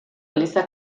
eliza